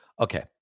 Okay